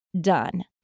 done